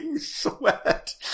sweat